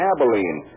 Abilene